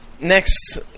Next